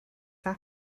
this